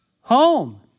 Home